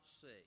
see